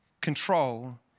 control